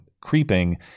creeping